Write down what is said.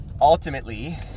Ultimately